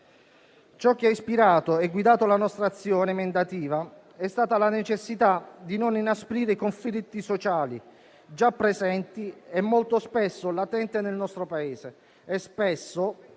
Ciò che ha ispirato e guidato la nostra azione emendativa è stata la necessità di non inasprire i conflitti sociali, già presenti e molto spesso latenti nel nostro Paese,